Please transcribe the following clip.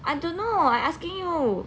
I don't know I asking you